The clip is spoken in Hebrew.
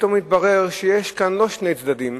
פתאום מתברר שיש כאן לא שני צדדים,